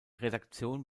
redaktion